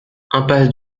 impasse